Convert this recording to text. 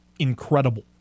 Incredible